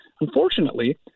unfortunately